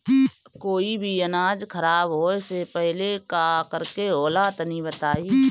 कोई भी अनाज खराब होए से पहले का करेके होला तनी बताई?